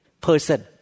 person